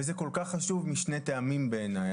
וזה כל כך חשוב, משני טעמים בעיניי.